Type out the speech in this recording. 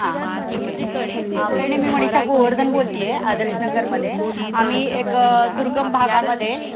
हां ठीक आहे काही नाही मी मणिषा गोवर्धन बोलते आहे आदर्श नगरमध्ये आम्ही एक दुर्गम भागामध्ये